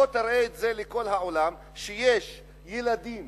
בוא ותראה את זה לכל העולם, שיש ילדים